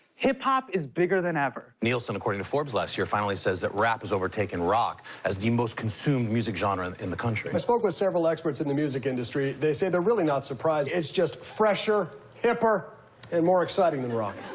hip-hop is bigger than ever. nielsen, according to forbes last year, finally says that rap has overtaken rock as the most consumed music genre and in the country. i spoke with several experts in the music industry. they say they're really not surprised. it's just fresher, hipper and more exciting than rock.